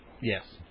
Yes